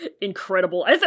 incredible